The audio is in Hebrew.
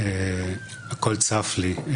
הכול צף לי.